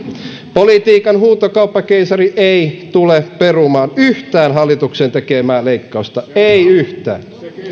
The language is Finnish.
politiikan huutokauppakeisari ei tule perumaan yhtään hallituksen tekemää leikkausta ei yhtään